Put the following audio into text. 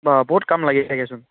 অঁ বহুত কাম লাগি থাকেচোন